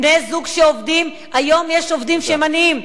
בני-זוג שעובדים, היום יש עובדים שהם עניים.